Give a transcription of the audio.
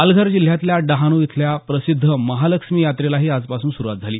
पालघर जिल्ह्यात डहाणू इथल्या प्रसिद्ध महालक्ष्मीच्या यात्रेलाही आजपासून सुरुवात झाली